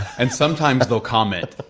and sometimes, they'll comment.